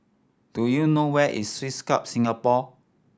do you know where is Swiss Club Singapore